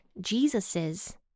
Jesus's